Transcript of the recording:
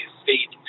state